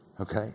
Okay